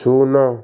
ଶୂନ